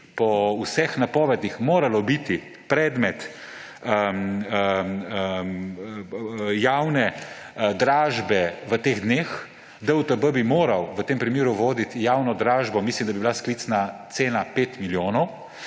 po vseh napovedih moral biti predmet javne dražbe v teh dneh. DUTB bi moral v tem primeru voditi javno dražbo, mislim, da bi bila sklicna cena 5 milijonov.